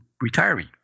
retiring